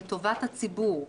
לטובת הציבור,